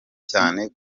cyane